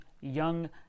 young